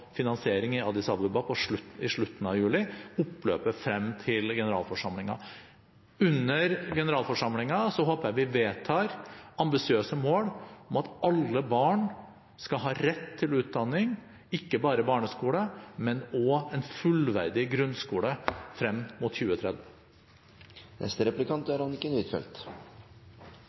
finansiering i Addis Abeba i slutten av juli, i oppløpet frem til generalforsamlingen. Under generalforsamlingen håper jeg vi vedtar ambisiøse mål om at alle barn skal ha rett til utdanning – ikke bare barneskole, men også en fullverdig grunnskole – frem mot 2030.